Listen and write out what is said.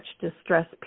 distress